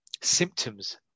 symptoms